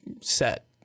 set